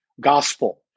gospel